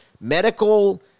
medical